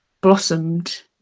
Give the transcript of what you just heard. blossomed